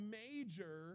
major